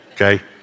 okay